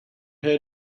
heard